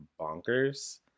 bonkers